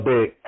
Big